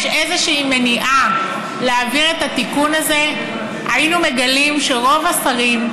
איזושהי מניעה להעביר את התיקון הזה היינו מגלים שרוב השרים,